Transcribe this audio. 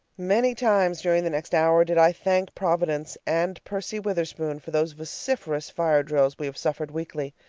many times during the next hour did i thank providence and percy witherspoon for those vociferous fire drills we have suffered weekly.